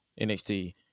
NXT